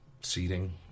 seating